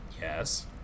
Yes